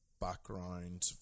Background